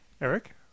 Eric